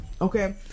okay